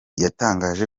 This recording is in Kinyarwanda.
yatangaje